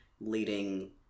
leading